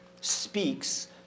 speaks